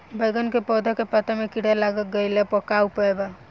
बैगन के पौधा के पत्ता मे कीड़ा लाग गैला पर का उपाय बा?